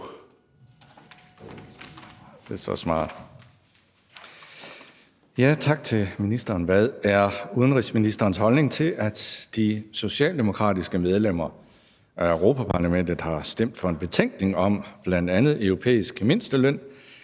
Messerschmidt (DF)): Hvad er udenrigsministerens holdning til, at de socialdemokratiske medlemmer af Europa-Parlamentet har stemt for en betænkning om bl.a. europæisk mindsteløn,